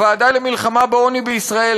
הוועדה למלחמה בעוני בישראל,